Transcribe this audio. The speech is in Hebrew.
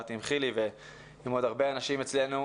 דיברתי עם חילי ועם עוד הרבה אנשים אצלנו.